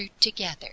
together